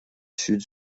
sud